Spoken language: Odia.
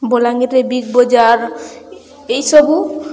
ବଲାଙ୍ଗୀର୍ରେ ବିଗ ବଜାର ଏଇସବୁ